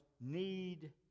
need